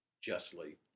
justly